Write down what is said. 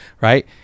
right